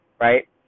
right